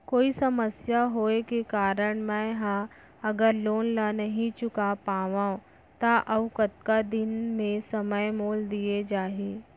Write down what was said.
कोई समस्या होये के कारण मैं हा अगर लोन ला नही चुका पाहव त अऊ कतका दिन में समय मोल दीये जाही?